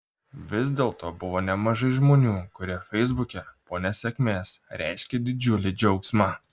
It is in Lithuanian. vis dėlto buvo nemažai žmonių kurie feisbuke po nesėkmės reiškė didžiulį džiaugsmą